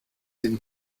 den